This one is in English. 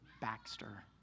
Baxter